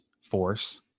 force